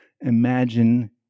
imagine